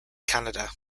canada